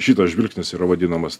šitas žvilgsnis yra vadinamas